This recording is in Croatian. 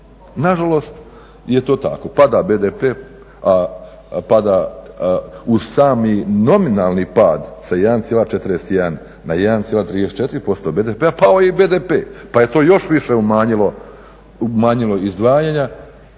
Nažalost je to tako, pada BDP a pada uz sami nominalni pad sa 1,41 na 1,34% BDP-a pao je i BDP pa je to još više umanjilo izdvajanja,